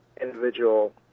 individual